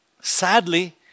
sadly